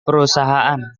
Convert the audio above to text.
perusahaan